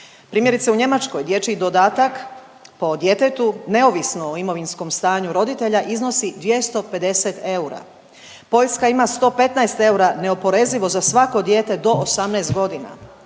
Primjerice u Njemačkoj dječji dodatak po djetetu neovisno o imovinskom stanju roditelja iznosi 250 eura. Poljska ima 115 eura neoporezivo za svako dijete do 18 godina,